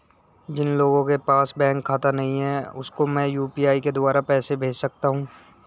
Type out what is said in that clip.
जिन लोगों के पास बैंक खाता नहीं है उसको मैं यू.पी.आई के द्वारा पैसे भेज सकता हूं?